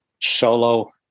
solo